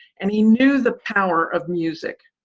and he knew the power of music.